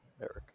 Eric